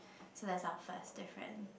so that's our first difference